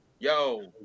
Yo